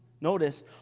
notice